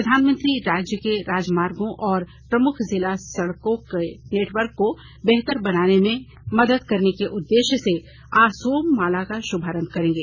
प्रधानमंत्री राज्य के राजमार्गों और प्रमुख जिला सड़कों के नेटवर्क को बेहतर बनाने में मदद करने के उद्देश्य से असोम माला का शुभारंभ करेंगे